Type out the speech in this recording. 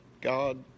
God